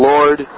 Lord